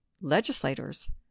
legislators